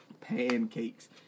Pancakes